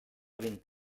vint